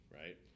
right